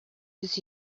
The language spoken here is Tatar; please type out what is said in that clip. йөз